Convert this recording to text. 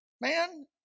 man